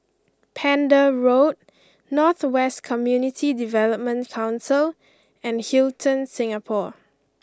Pender Road North West Community Development Council and Hilton Singapore